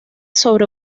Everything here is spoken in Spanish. sobre